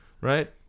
right